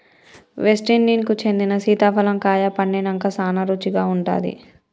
West Indies కి చెందిన సీతాఫలం కాయ పండినంక సానా రుచిగా ఉంటాది